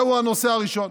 זהו הנושא הראשון.